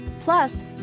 Plus